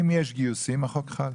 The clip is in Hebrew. אם יש גיוסים, החוק חל.